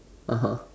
(uh huh)